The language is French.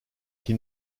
qui